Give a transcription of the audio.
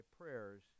prayers